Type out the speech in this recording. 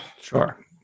Sure